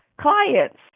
clients